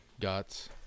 guts